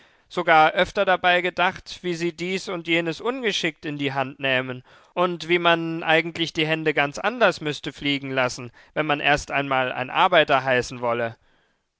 sogar öfter dabei gedacht wie sie dies und jenes ungeschickt in die hand nähmen und wie man eigentlich die hände ganz anders müßte fliegen lassen wenn man erst einmal ein arbeiter heißen wolle